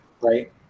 Right